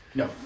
no